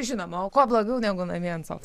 žinoma o kuo blogiau negu namie ant sofos